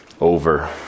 over